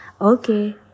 Okay